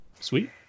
Sweet